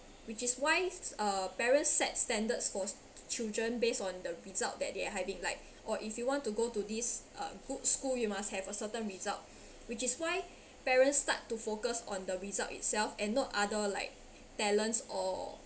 which is why uh parents set standards for children based on the result that they are having like or if you want to go to this uh good school you must have a certain result which is why parents start to focus on the result itself and not other like talents or